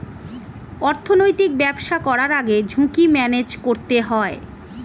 অর্থনৈতিক ব্যবসা করার আগে ঝুঁকি ম্যানেজ করতে হয়